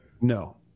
no